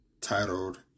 titled